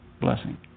blessing